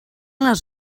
les